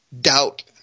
doubt